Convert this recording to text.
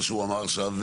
מה שהוא אמר עכשיו,